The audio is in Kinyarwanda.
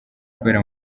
kubera